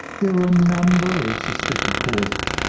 there were a number of suspected causes.